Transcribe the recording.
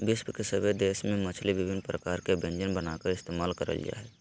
विश्व के सभे देश में मछली विभिन्न प्रकार के व्यंजन बनाकर इस्तेमाल करल जा हइ